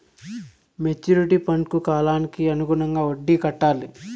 maturity ఫండ్కు కాలానికి అనుగుణంగా వడ్డీ కట్టాలి